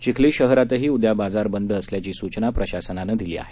चिखली शहरातही उद्या बाजार बंद असल्याची सूचना प्रशासनानं दिली आहे